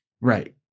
right